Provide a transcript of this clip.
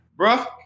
Bruh